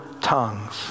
tongues